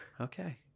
Okay